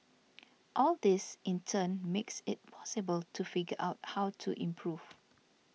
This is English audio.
all this in turn makes it possible to figure out how to improve